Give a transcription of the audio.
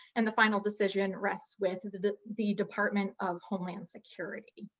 and the final decision rests with the the department of homeland security.